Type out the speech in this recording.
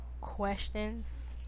questions